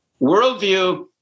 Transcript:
worldview